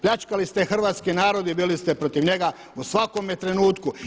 Pljačkali ste hrvatski narod i bili ste protiv njega u svakome trenutku.